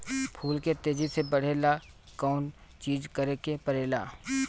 फूल के तेजी से बढ़े ला कौन चिज करे के परेला?